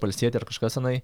pailsėti ar kažkas tenai